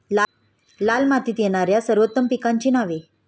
लाल मातीत येणाऱ्या सर्वोत्तम पिकांची नावे?